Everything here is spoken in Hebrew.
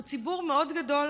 הם ציבור מאוד גדול,